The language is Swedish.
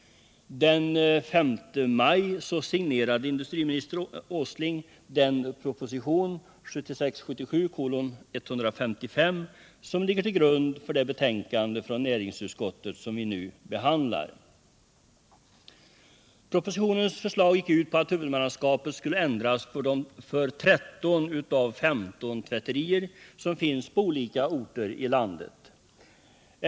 Den 5 maj signerade industriminister Åsling propositionen 1976/77:155, som ligger till grund för det betänkande från näringsutskottet som vi nu behandlar. Propositionens förslag gick ut på att huvudmannaskapet skulle ändras för 13 av 15 tvätterier som finns på olika orter i landet.